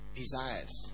desires